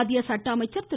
மத்திய சட்ட அமைச்சர் திரு